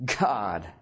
God